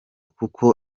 kuko